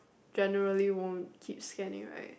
generally won't keep scanning right